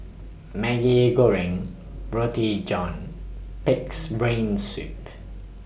Maggi Goreng Roti John Pig'S Brain Soup